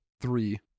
three